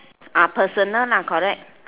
ah personal lah correct